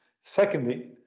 Secondly